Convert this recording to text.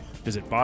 Visit